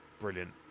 brilliant